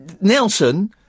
Nelson